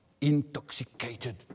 intoxicated